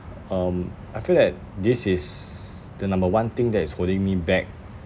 um I feel that this is the number one thing that is holding me back